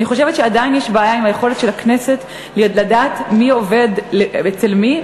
אני חושבת שעדיין יש בעיה עם היכולת של הכנסת לדעת מי עובד אצל מי,